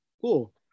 cool